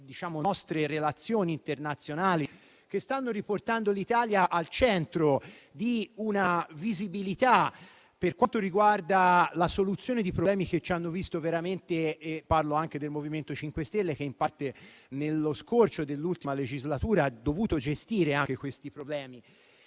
delle nostre relazioni internazionali che stanno riportando l'Italia al centro di una visibilità per quanto riguarda la soluzione di problemi che ci hanno riguardato. Parlo anche del MoVimento 5 Stelle che in parte, nello scorcio dell'ultima legislatura, ha dovuto gestire questi problemi.